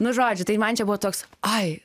nu žodžiu tai man čia buvo toks ai